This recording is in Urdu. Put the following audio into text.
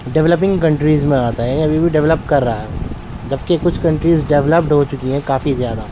ڈولپنگ کنٹریز میں آتا ہے ابھی بھی ڈولپ کر رہا ہے جب کہ کچھ کنٹریز ڈولپڈ ہو چکی ہیں کافی زیادہ